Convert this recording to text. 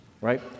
right